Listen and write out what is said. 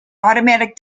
automatic